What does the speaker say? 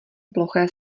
ploché